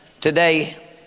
today